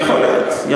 יכול להיות.